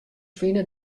fine